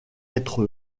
être